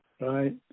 right